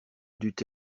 dût